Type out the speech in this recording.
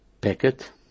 packet